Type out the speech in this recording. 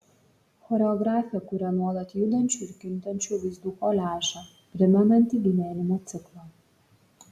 choreografė kuria nuolat judančių ir kintančių vaizdų koliažą primenantį gyvenimo ciklą